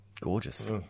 Gorgeous